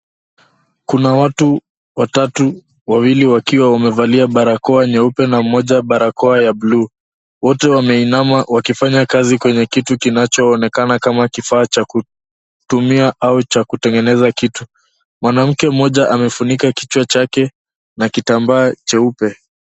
Kuna watu watatu, wawili wakiwa wamevalia barakoa nyeupe na moja barakoa ya buluu. Wote wameinama wakifanya kazi kwenye kitu kinachoonekana kama kifaa cha kutumia au kutengeneza kitu. Mwanamke amefunika kichwa chake na kitambaa cheupe.